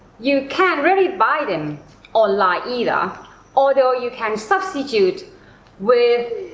you can't really buy them online either although you can substitute with